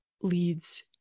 leads